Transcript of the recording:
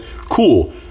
cool